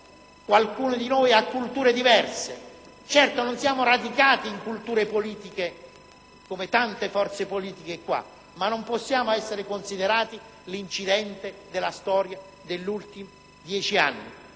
Qualcuno di noi ha culture diverse. Certo, non siamo radicati in culture politiche, così come lo sono tante forze presenti in quest'Aula, ma non possiamo essere considerati l'incidente della storia degli ultimi dieci anni.